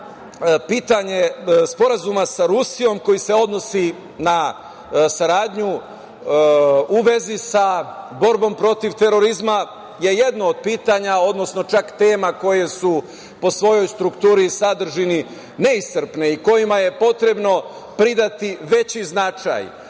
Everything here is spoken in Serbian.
pitanje Sporazuma sa Rusijom koji se odnosi na saradnju u vezi sa borbom protiv terorizma je jedno od pitanja, odnosno čak tema koje su po svojoj strukturi i sadržini neiscrpne i kojima je potrebno pridati veći značaj.